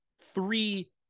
three